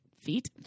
feet